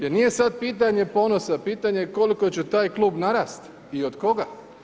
Jer nije sad pitanje ponosa, pitanje je koliko će taj klub narasti i od koga.